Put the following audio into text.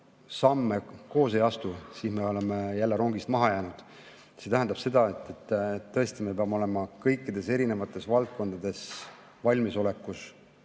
samme ei astu, siis me oleme jälle rongist maha jäänud. See tähendab seda, et me peame tõesti olema kõikides valdkondades valmisolekus